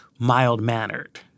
mild-mannered